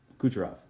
Kucherov